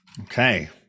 okay